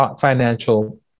financial